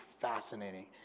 fascinating